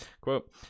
Quote